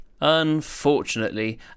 unfortunately